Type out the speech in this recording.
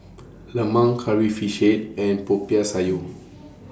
Lemang Curry Fish Head and Popiah Sayur